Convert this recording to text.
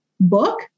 book